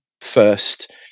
first